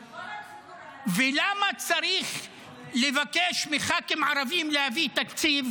אבל כל הציבור הערבי --- ולמה צריך לבקש מח"כים ערבים להביא תקציב